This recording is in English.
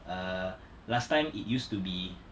err last time it used to be